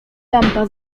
lampa